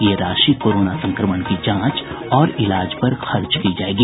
ये राशि कोरोना संक्रमण की जांच और इलाज पर खर्च की जायेगी